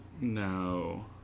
No